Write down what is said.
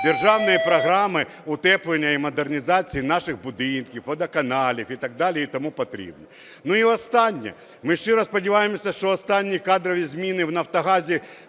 державної програми утеплення і модернізація наших будинків, водоканалів і так далі, і тому подібне? І останнє. Ми щиро сподіваємося, що останні кадрові зміни в Нафтогазі